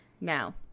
Now